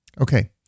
Okay